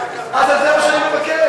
אז זה מה שאני מבקש.